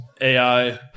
AI